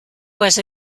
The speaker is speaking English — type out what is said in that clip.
was